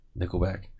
Nickelback